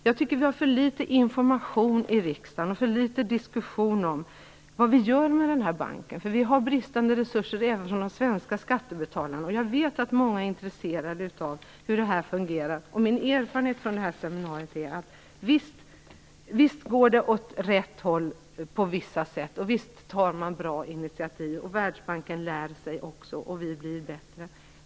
Jag tycker att vi har för litet information i riksdagen och för litet diskussion om vad vi gör med den här banken. Vi har bristande resurser även från de svenska skattebetalarna. Jag vet att många är intresserade av hur det här fungerar. Min erfarenhet från seminariet är att det går åt rätt håll på vissa sätt och att man tar bra initiativ. Världsbanken lär sig också, och vi blir bättre.